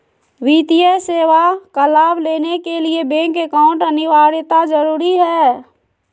वित्तीय सेवा का लाभ लेने के लिए बैंक अकाउंट अनिवार्यता जरूरी है?